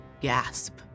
gasp